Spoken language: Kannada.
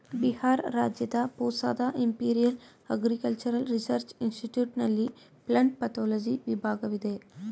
ಬಿಹಾರ್ ರಾಜ್ಯದ ಪೂಸಾದ ಇಂಪಿರಿಯಲ್ ಅಗ್ರಿಕಲ್ಚರಲ್ ರಿಸರ್ಚ್ ಇನ್ಸ್ಟಿಟ್ಯೂಟ್ ನಲ್ಲಿ ಪ್ಲಂಟ್ ಪತೋಲಜಿ ವಿಭಾಗವಿದೆ